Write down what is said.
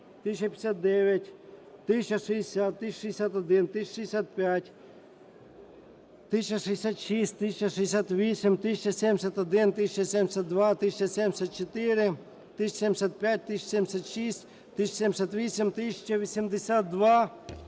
1059, 1060, 1061, 1065, 1066, 1068, 1071, 1072, 1074, 1075, 1076, 1078, 1082.